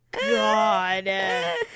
God